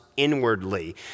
inwardly